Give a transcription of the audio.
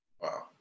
Wow